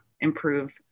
improve